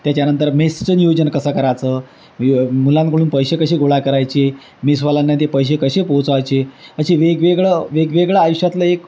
त्याच्यानंतर मेसचं नियोजन कसं करायचं मुलांकडून पैसे कसे गोळा करायचे मेसवाल्यांना ते पैसे कसे पोचायचे असे वेगवेगळं वेगवेगळं आयुष्यातलं एक